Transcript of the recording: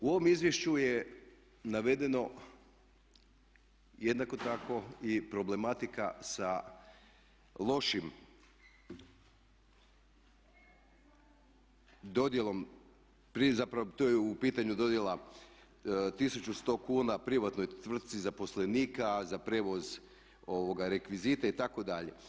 U ovom izvješću je navedeno jednako tako i problematika sa lošim, dodjelom, pri zapravo, to je u pitanju dodjela 1100 kuna privatnoj tvrtci zaposlenika za prijevoz rekvizita itd.